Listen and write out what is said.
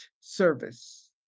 service